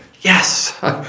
Yes